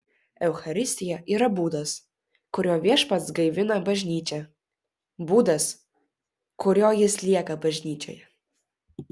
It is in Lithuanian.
eucharistija yra būdas kuriuo viešpats gaivina bažnyčią būdas kuriuo jis lieka bažnyčioje